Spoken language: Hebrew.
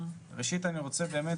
ראשית אני רוצה באמת,